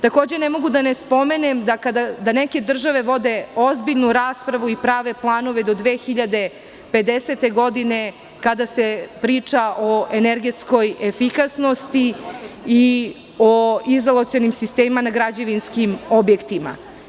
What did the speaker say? Takođe, ne mogu da ne spomenem da neke države vode ozbiljnu raspravu i prave planove do 2050. godine kada se priča o energetskoj efikasnosti i o izolacionim sistemima na građevinskim objektima.